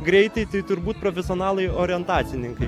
greitai tai turbūt profesionalai orientacininkai